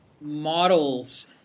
models